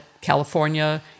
California